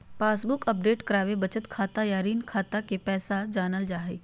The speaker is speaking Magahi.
पासबुक अपडेट कराके बचत खाता या ऋण खाता के पैसा जानल जा हय